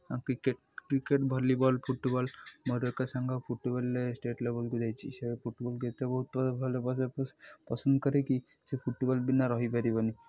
cricket cricket volleyball football ମୋର ଏକ ସାଙ୍ଗ ଫୁଟ୍ବଲ୍ରେ ଷ୍ଟେଟ୍ ଲେବୁଲ୍କୁ ଯାଇଛିି ସେ ଫୁଟ୍ବଲ୍ କେତେ ବହୁତ ଭଲ ପସନ୍ଦ କରେକି ସେ ଫୁଟ୍ବଲ୍ ବିନା ରହିପାରିବନି